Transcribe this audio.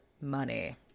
Money